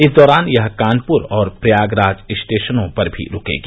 इस दौरान यह कानपुर और प्रयागराज स्टेशनों पर भी रूकेगी